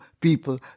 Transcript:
people